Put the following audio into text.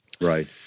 Right